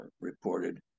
reported